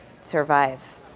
survive